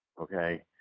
okay